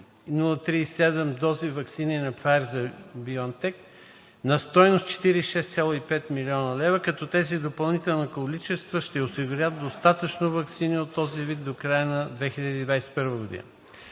037 дози ваксини на Pfizer/BioNTech на стойност 46,5 млн. лв., като тези допълнителни количества ще осигурят достатъчно ваксини от този вид до края на 2021 г.